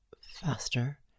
faster